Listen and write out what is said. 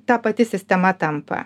ta pati sistema tampa